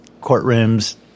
courtrooms